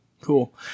Cool